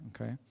okay